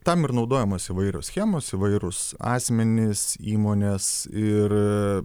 tam ir naudojamos įvairios schemos įvairūs asmenys įmonės ir